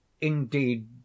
indeed